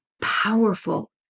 powerful